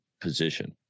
position